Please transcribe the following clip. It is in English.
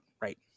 right